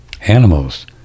animals